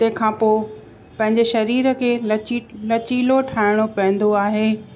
तंहिं खां पोई पंहिंजे सरीर खे लची लचीलो ठाहिणो पवंदो आहे